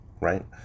right